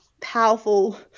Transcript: powerful